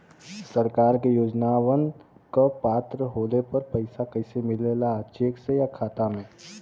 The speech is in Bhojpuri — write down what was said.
सरकार के योजनावन क पात्र होले पर पैसा कइसे मिले ला चेक से या खाता मे?